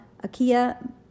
Akia